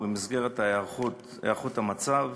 ובמסגרת הערכות המצב,